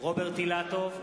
רוברט אילטוב,